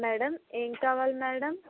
madam ఏమి కావాలి madam